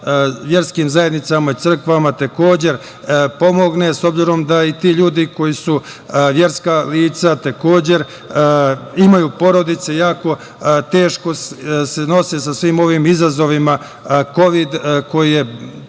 verskim zajednicama i crkvama takođe pomogne, s obzirom da i ti ljudi koji su verska lica takođe imaju porodicu i jako teško se nose sa svim ovim izazovima kovida. Zato